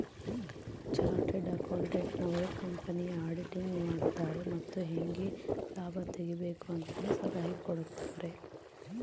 chartered accountant ನವರು ಕಂಪನಿಯ auditing ಮಾಡುತಾರೆ ಮತ್ತು ಹೇಗೆ ಲಾಭ ತೆಗಿಬೇಕು ಅಂತನು ಸಲಹೆ ಕೊಡುತಾರೆ